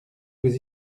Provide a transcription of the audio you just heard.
vous